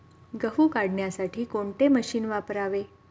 गहू काढण्यासाठी कोणते मशीन वापरावे?